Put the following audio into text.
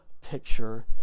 picture